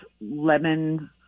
lemon